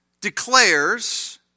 declares